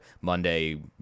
Monday